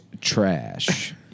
trash